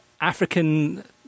African